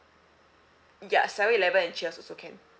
ya seven eleven and cheers also can